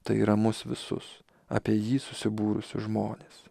tai yra mus visus apie jį susibūrusius žmones